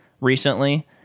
recently